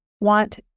want